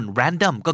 random